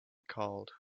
called